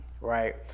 right